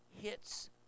hits